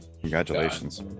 Congratulations